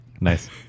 Nice